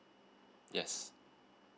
yes